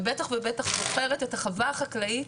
ובטח ובטח זוכרת את החווה החקלאית